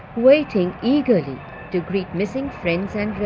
waiting eagerly to greet missing friends and